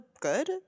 good